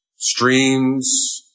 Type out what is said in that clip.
Streams